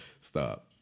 Stop